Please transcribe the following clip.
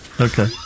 Okay